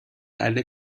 alle